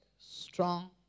strong